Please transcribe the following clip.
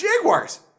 Jaguars